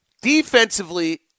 Defensively